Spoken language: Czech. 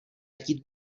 chtít